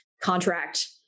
contract